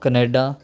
Canada